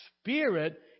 spirit